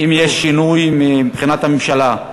האם יש שינוי מבחינת הממשלה,